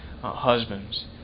husbands